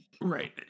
right